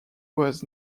was